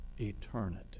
Eternity